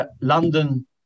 London